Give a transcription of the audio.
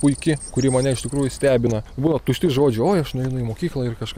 puiki kuri mane iš tikrųjų stebina buvo tušti žodžiai oi aš nueinu į mokyklą ir kažką